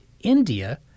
India –